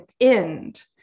end